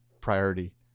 priority